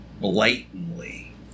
blatantly